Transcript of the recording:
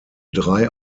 drei